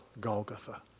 Golgotha